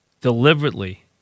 Deliberately